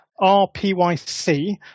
RPYC